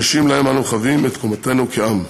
אנשים שאנו חבים להם את תקומתנו כעם.